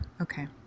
okay